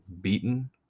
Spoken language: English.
beaten